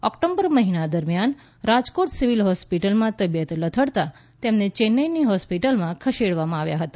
October મહિના દરમિયાન Rajkot civil હોસ્પિટલમાં તબિયત લથડતાં તેમને ચેન્નઈની હોસ્પિટલમાં ખસેડવામાં આવ્યા હતા